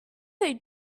they